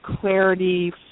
clarity